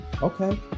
Okay